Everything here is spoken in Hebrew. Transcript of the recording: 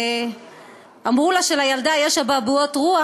ואמרו לה שלילדה יש אבעבועות רוח,